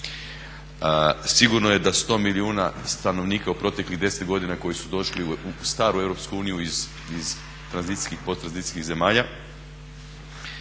Sigurno je da 100 milijuna stanovnika u proteklih 10 godina koji su došli u staru EU iz tranzicijskih i post tranzicijskih zemalja